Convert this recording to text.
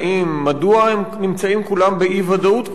מדוע הם נמצאים כולם באי-ודאות כל כך גדולה,